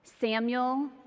Samuel